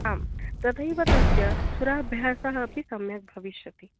आं तथैव तस्य स्वराभ्यासः अपि सम्यक् भविष्यति